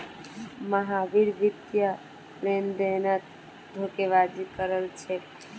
महावीर वित्तीय लेनदेनत धोखेबाजी कर छेक